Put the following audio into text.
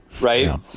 right